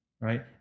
right